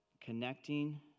connecting